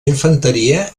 infanteria